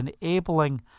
enabling